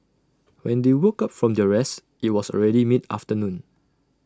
when they woke up from their rest IT was already mid afternoon